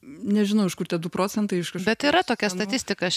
nežinau iš kur tie du procentai aišku bet yra tokia statistika aš